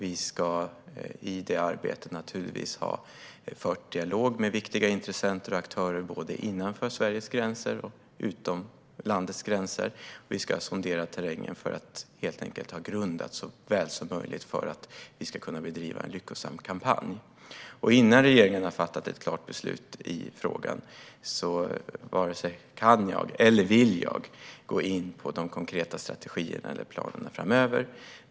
I det arbetet ska vi naturligtvis ha fört dialog med viktiga intressenter och aktörer både innanför och utanför Sveriges gränser. Vi ska sondera terrängen för att helt enkelt få en grund för att vi så väl som möjligt ska kunna bedriva en lyckosam kampanj. Innan regeringen har fattat ett beslut i frågan varken kan eller vill jag gå in på de konkreta strategierna eller planerna framöver.